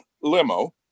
limo